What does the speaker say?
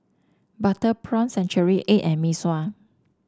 Butter Prawn Century Egg and Mee Sua